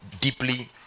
deeply